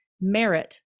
merit